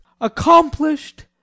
Accomplished